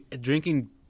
drinking –